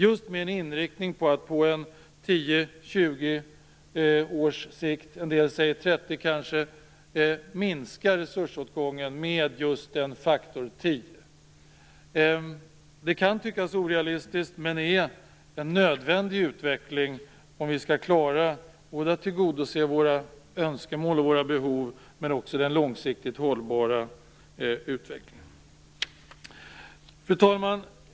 Den har just inriktningen att på 10-20 års sikt, en del säger 30, minska resursåtgången med just en faktor 10. Det kan tyckas orealistiskt. Men det är nödvändigt, om vi skall klara både att tillgodose våra önskemål och behov, men också den långsiktigt hållbara utvecklingen. Fru talman!